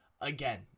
again